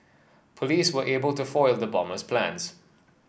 police were able to foil the bomber's plans